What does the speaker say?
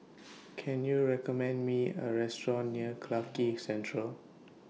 Can YOU recommend Me A Restaurant near Clarke Quay Central